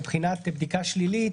מבחינת בדיקה שלילית,